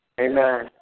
Amen